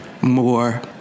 more